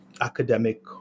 academic